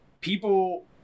people